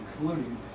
including